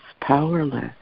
powerless